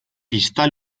pista